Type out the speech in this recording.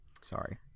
Sorry